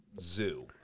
zoo